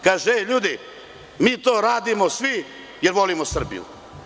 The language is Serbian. Kaže - hej ljudi, mi to radimo svi jer volimo Srbiju.